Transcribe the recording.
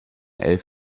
elf